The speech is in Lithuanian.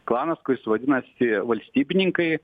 klanas kuris vadinasi valstybininkai